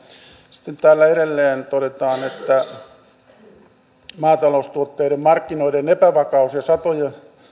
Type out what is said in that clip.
sitten täällä edelleen todetaan että maataloustuotteiden markkinoiden epävakaus ja